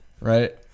right